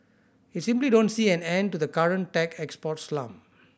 I simply don't see an end to the current tech export slump